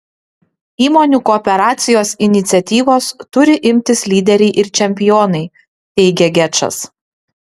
įmonių kooperacijos iniciatyvos turi imtis lyderiai ir čempionai teigia gečas